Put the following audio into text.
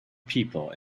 people